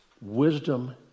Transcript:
Wisdom